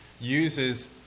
uses